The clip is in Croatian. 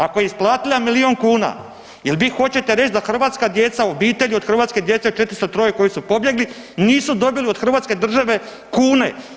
Ako je isplatila milijun kuna, jel vi hoćete reć da hrvatska djeca, obitelji od hrvatske djece 403 koji su pobjegli, nisu dobili od hrvatske države kune?